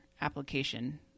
application